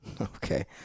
Okay